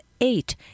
eight